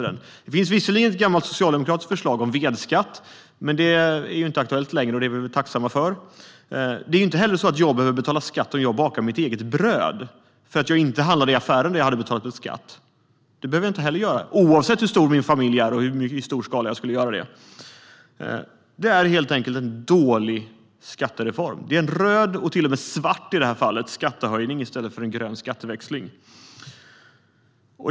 Det finns visserligen ett gammalt socialdemokratiskt förslag om vedskatt. Men det är ju inte aktuellt längre, och det är vi tacksamma för. Det är inte heller så att jag behöver betala skatt om jag bakar mitt eget bröd, för att jag inte handlade det i affären, där jag hade betalat en skatt. Det behöver jag inte göra, oavsett hur stor min familj är och i hur stor skala jag skulle göra det. Det är helt enkelt en dålig skattereform. Det är en röd skattehöjning, och till och med svart i det här fallet, i stället för en grön skatteväxling.